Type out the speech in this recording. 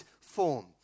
form